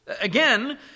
Again